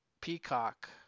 Peacock